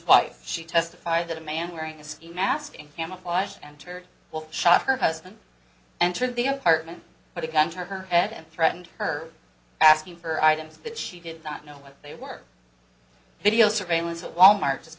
wife she testified that a man wearing a ski mask in camouflage and terry shot her husband entered the apartment but a gun to her head and threatened her asking for items that she did not know what they were video surveillance at wal mart just